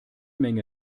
menge